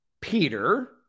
Peter